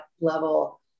level